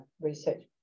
research